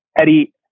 Eddie